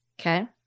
Okay